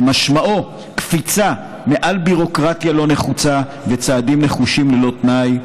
שמשמעו קפיצה מעל ביורוקרטיה לא נחוצה וצעדים נחושים ללא תנאי.